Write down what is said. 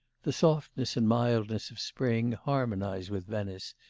the softness and mildness of spring harmonise with venice,